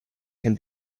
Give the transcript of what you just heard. can